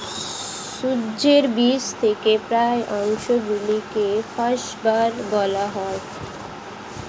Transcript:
সর্ষের বীজ থেকে পাওয়া অংশগুলিকে ফাইবার বলা হয়